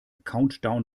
countdown